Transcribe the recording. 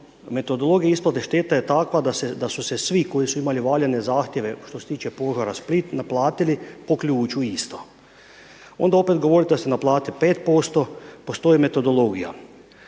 Metodologija isplate šteta je takva da su se svi koji su imali valjani zahtjeve što se tiče požara Split naplatili po ključu isto. Onda opet govorite da se naplate 5%, postoji metodologija.